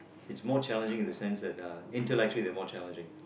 it's more challenging in the sense that uh intellectually they're more challenging